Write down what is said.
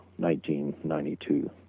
1992